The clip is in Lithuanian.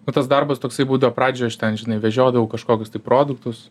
nu tas darbas toksai būdavo pradžioj aš ten žinai vežiodavau kažkokius tai produktus